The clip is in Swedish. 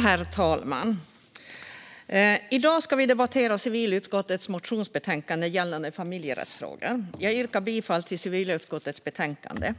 Herr talman! Vi ska nu debattera civilutskottets motionsbetänkande gällande familjerättsfrågor. Jag yrkar bifall till civilutskottets förslag.